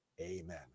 Amen